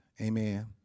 Amen